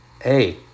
Hey